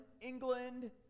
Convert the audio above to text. England